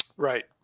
right